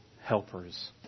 helpers